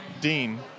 Dean